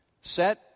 Set